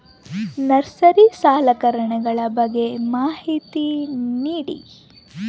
Nursery ಸಲಕರಣೆಗಳ ಬಗ್ಗೆ ಮಾಹಿತಿ ನೇಡಿ?